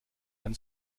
ein